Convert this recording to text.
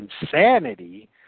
insanity